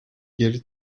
geri